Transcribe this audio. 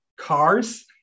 cars